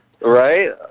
Right